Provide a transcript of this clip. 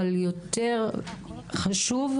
אבל יותר חשוב,